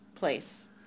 place